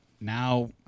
now